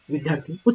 विद्यार्थी उच्च